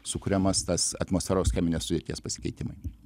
sukuriamas tas atmosferos cheminės sudėties pasikeitimai